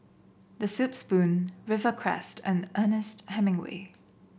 The Soup Spoon Rivercrest and Ernest Hemingway